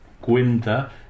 cuenta